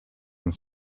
and